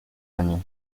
año